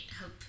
hope